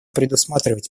предусматривать